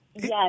Yes